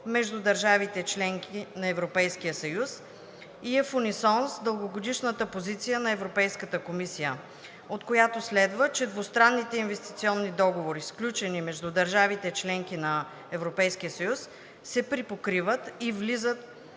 между държавите – членки на Европейския съюз, и е в унисон с дългогодишната позиция на Европейската комисия, от която следва, че двустранните инвестиционни договори, сключени между държавите – членки на Европейския съюз, се припокриват и влизат